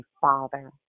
father